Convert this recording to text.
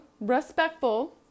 respectful